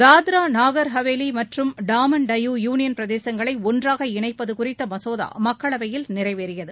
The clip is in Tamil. தாத்ரா நகார் ஹவேலி மற்றும் டாமன் டையூ யூனியன் பிரதேசங்களை ஒன்றாக இணைப்பது குறித்த மசோதா மக்களவையில் நிறைவேறியது